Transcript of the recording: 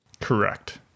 Correct